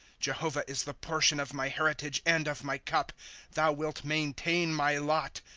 jehovah is the portion of my heritage and of my cup thou wilt maintain my lot.